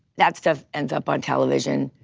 that stuff ends up on television.